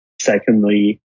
Secondly